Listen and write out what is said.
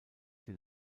den